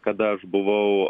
kada aš buvau